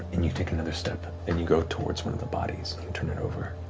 and you take another step, and you go towards one of the bodies and turn it over.